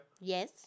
Yes